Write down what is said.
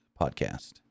podcast